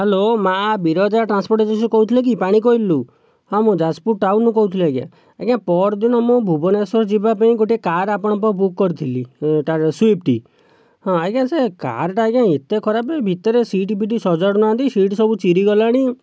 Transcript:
hello ମାଁ Biraja transportation କହୁଥିଲେ କି ପାଣିକୋଇଲିରୁ ହଁ ମୁଁ ଯାଜପୁର ଟାଉନରୁ କହୁଥିଲି ଆଜ୍ଞା ଆଜ୍ଞା ପଅରଦିନ ମୁଁ ଭୁବନେଶ୍ୱର ଯିବାପାଇଁ ଗୋଟେ କାର୍ ଅପଣଙ୍କ ପାଖରୁ ବୁକ୍ କରିଥିଲି ସ୍ଵିପ୍ଟ ହଁ ଆଜ୍ଞା ସେ କାର୍ଟା ଆଜ୍ଞା ଏତେ ଖରାପ ଭିତରେ ସିଟ ଫିଟ ସଜାଡ଼ୁ ନାହାନ୍ତି ସିଟ ସବୁ ଚିରି ଗଲାଣି